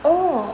oh